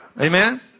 Amen